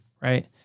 right